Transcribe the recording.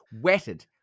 wetted